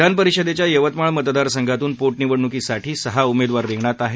विधान परिषदेच्या यवतमाळ मतदार संघातून पो निवडण्कीसाठी सहा उमेदवार रिंगणात आहेत